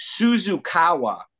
Suzukawa